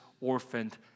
orphaned